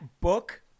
book